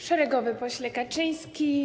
Szeregowy Pośle Kaczyński!